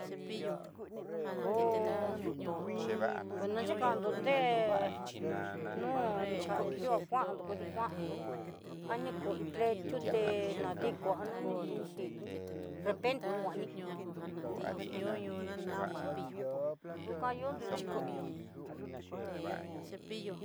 Koo kuenda xhikando dé nú nikandi nriú kuando kudikuan aniko iin ple tiuté nadikuan nonin ni tin xhini nrepende kuani asi esta no kukan ihondo vixhi vii.